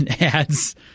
ads